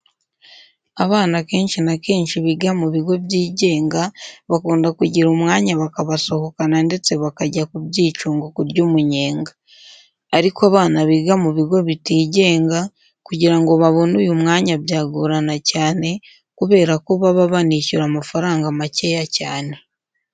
Abana akenshi na kenshi biga mu bigo byigenga bakunda kugira umwanya bakabasohokana ndetse bakajya ku byicungo kurya umunyenga. Ariko abana biga mu bigo bitigenga kugira ngo babone uyu mwanya byagorana cyane kubera ko baba banishyura amafaranga makeya cyane.